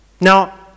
Now